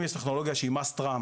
אם יש טכנולוגיה שהיא "חייבת לרוץ",